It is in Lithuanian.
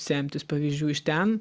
semtis pavyzdžių iš ten